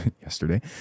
yesterday